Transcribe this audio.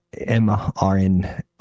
MRN